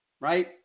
right